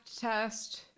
Test